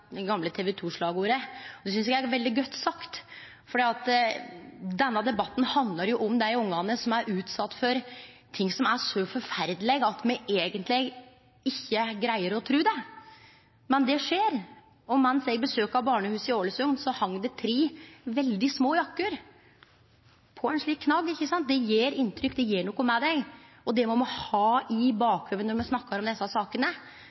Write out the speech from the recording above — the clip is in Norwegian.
gamle TV 2-slagordet. Det synest eg er veldig godt sagt, for denne debatten handlar om dei ungane som er utsette for ting som er så forferdelege at me eigentleg ikkje greier å tru det. Men det skjer, og mens eg besøkte barnehuset i Ålesund, hang det tre veldig små jakker på ein knagg. Det gjer inntrykk, det gjer noko med deg, og det må me ha i bakhovudet når me snakkar om desse sakene: